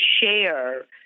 share